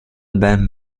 ben